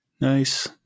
Nice